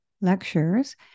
lectures